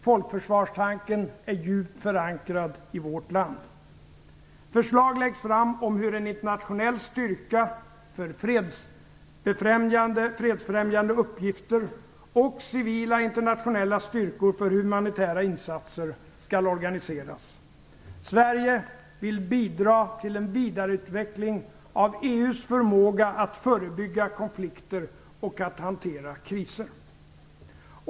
Folkförsvarstanken är djupt förankrad i vårt land. Förslag läggs fram om hur en internationell styrka för fredsfrämjande uppgifter och civila internationella styrkor för humanitära insatser skall organiseras. Sverige vill bidra till en vidareutveckling av EU:s förmåga att förebygga konflikter och att hantera kriser.